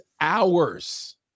hours